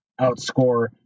outscore